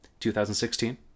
2016